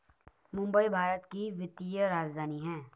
मुंबई भारत की वित्तीय राजधानी है